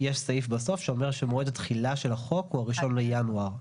יש סעיף בסוף שאומר שמועד התחילה של החוק הוא הראשון לינואר.